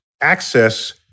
access